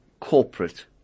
corporate